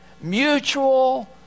mutual